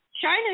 China